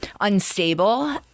unstable